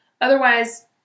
Otherwise